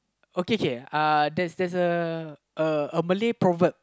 okay K K uh there's there's a uh a Malay proverb